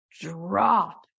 drop